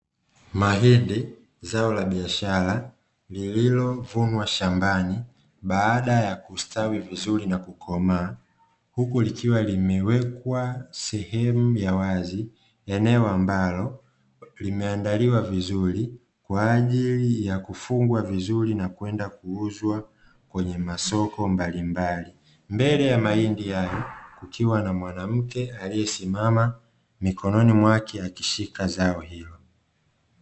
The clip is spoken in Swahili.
Mahindi zao la biashara lililovunwa shambani baada ya kustwawi vizuri na kukomaa, huku likiwa limewekwa sehemu ya wazi eneo ambalo limeaandaliwa vizuri, kwa ajili ya kufungwa vizuri na kwenda kuuzwa kwenye masoko mbalimbali. Mbele ya mahindi hayo kukiwa na mwanamke aliesimama mikononi mwake akishika zao hilo.